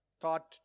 thought